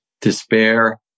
Despair